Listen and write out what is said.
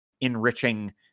enriching